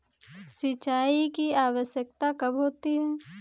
सिंचाई की आवश्यकता कब होती है?